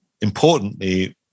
importantly